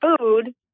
food